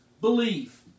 believe